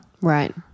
Right